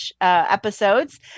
episodes